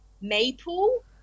Maple